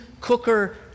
cooker